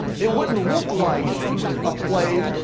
it wouldn't look like a play.